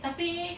tapi